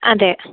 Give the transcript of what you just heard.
അതെ